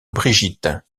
brigitte